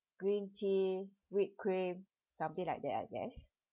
green tea whipped cream something like that I guess